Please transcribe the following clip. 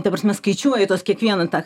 ta prasme skaičiuoji tuos kiekvieną tą